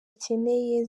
akeneye